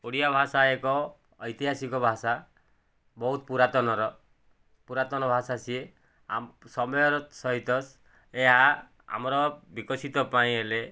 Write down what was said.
ଓଡ଼ିଆ ଭାଷା ଏକ ଐତିହାସିକ ଭାଷା ବହୁତ ପୁରାତନର ପୁରାତନ ଭାଷା ସିଏ ସମୟର ସହିତ ଏହା ଆମର ବିକଶିତ ପାଇଁ ହେଲେ